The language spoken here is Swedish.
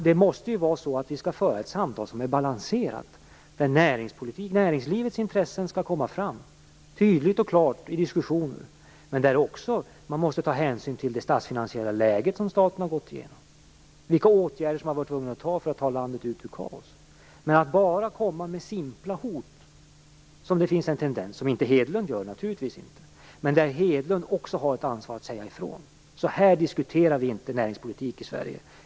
Vi måste ju föra ett samtal som är balanserat, där näringslivets intressen kommer fram tydligt och klart i diskussionen men där man också måste ta hänsyn till det statsfinansiella läget och vilka åtgärder regeringen har varit tvungen att vidta för att ta landet ut ur kaos. Man skall inte bara komma med simpla hot. Det gör naturligtvis inte Hedlund, men Hedlund har också ett ansvar att säga ifrån: Så här diskuterar vi inte näringspolitik i Sverige.